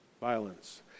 Violence